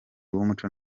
w’umuco